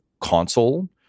console